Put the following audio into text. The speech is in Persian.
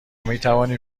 میتوانیم